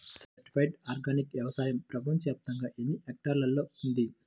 Certified organic వ్యవసాయం ప్రపంచ వ్యాప్తముగా ఎన్నిహెక్టర్లలో ఉంది?